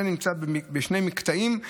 זה נמצא בשני מקטעים: